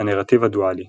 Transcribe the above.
הנרטיב הדואלי